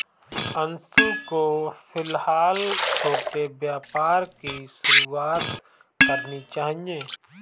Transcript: अंशु को फिलहाल छोटे व्यापार की शुरुआत करनी चाहिए